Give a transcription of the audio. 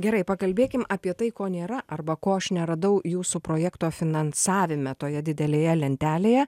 gerai pakalbėkim apie tai ko nėra arba ko aš neradau jūsų projekto finansavime toje didelėje lentelėje